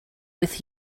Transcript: with